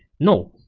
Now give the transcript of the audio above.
no,